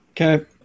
Okay